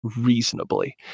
reasonably